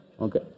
okay